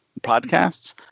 podcasts